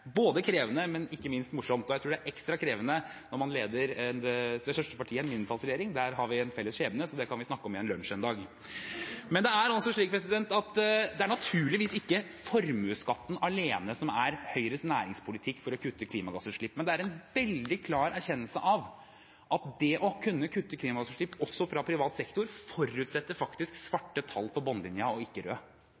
både krevende og ikke minst morsomt. Jeg tror det er ekstra krevende når man er leder fra det største partiet i en mindretallsregjering. Der har vi en felles skjebne, så det kan vi snakke om i en lunsj en dag. Det er naturligvis ikke formuesskatten alene som er Høyres næringspolitikk for å kutte klimagassutslipp, men det er en veldig klar erkjennelse av at å kunne kutte klimagassutslipp også fra privat sektor faktisk forutsetter